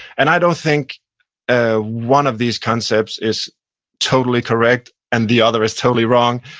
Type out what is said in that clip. and i don't think ah one of these concepts is totally correct and the other is totally wrong.